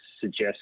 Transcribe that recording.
suggest